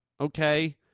okay